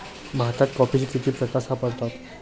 भारतात कॉफीचे किती प्रकार सापडतात?